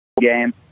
game